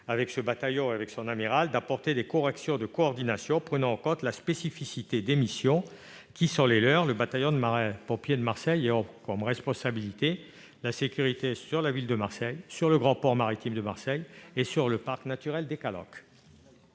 de Marseille et son amiral, d'apporter des corrections de coordination prenant en compte la spécificité des missions qui sont les siennes. Le bataillon de marins-pompiers de Marseille a comme responsabilité la sécurité sur la ville de Marseille, sur le grand port maritime de Marseille et sur le parc naturel des Calanques.